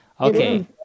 Okay